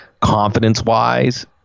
confidence-wise